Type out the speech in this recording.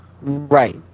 Right